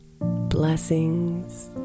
Blessings